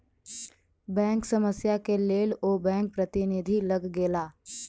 bank समस्या के लेल ओ बैंक प्रतिनिधि लग गेला